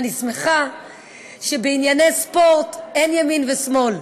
אני שמחה שבענייני ספורט אין ימין ושמאל,